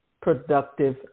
productive